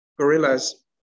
gorillas